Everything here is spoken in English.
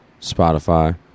Spotify